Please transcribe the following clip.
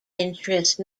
interest